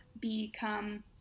become